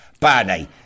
Bernie